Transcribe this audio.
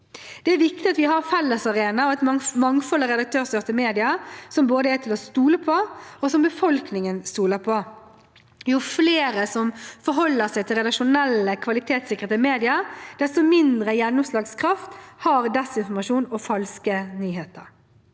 Det er viktig at vi har fellesarenaer og et mangfold av redaktørstyrte medier som er til å stole på, og som befolkningen stoler på. Jo flere som forholder seg til redaksjonelle, kvalitetssikrede medier, desto mindre gjennomslagskraft har desinformasjon og falske nyheter.